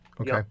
okay